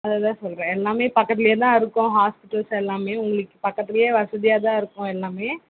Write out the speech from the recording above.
அதைத்தான் சொல்லுறேன் எல்லாமே பக்கத்துல தான் இருக்கோம் ஹாஸ்பிட்டல்ஸ் எல்லாமே உங்களுக்கு பக்கத்துல வசதியாகதான் இருக்கும் எல்லாமே